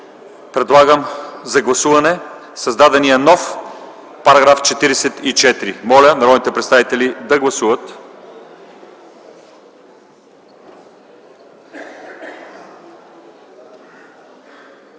Подлагам на гласуване създадения нов § 44. Моля, народните представители да гласуват.